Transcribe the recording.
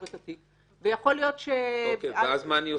את התיק ויכול להיות --- מה אני עושה?